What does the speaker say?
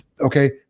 okay